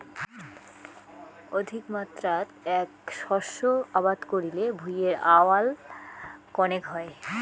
অধিকমাত্রাত এ্যাক শস্য আবাদ করিলে ভূঁইয়ের আউয়াল কণেক হয়